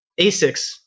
ASICs